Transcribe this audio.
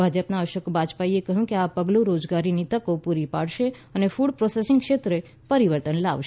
ભાજપના અશોક બાજપાઇએ કહ્યું કે આ પગલું રોજગારીની તક પૂરી પાડશે અને ફૂડ પ્રોસેસિંગ ક્ષેત્રે પરિવર્તન લાવશે